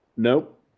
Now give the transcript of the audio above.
Nope